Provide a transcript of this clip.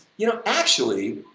you know, actually,